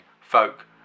folk